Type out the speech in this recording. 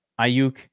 Ayuk